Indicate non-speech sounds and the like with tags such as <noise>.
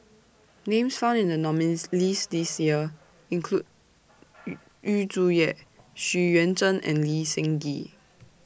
Names found in The nominees' list This Year include <noise> Yu Zhuye Xu Yuan Zhen and Lee Seng Gee